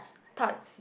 tarts